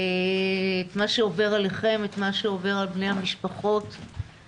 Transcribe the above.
מה שעובר עליכם ועל בני המשפחות שלכם.